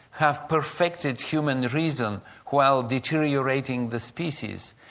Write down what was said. have perfected human reason while deteriorating the species,